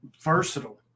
versatile